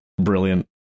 brilliant